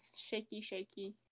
shaky-shaky